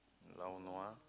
lao nua